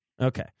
Okay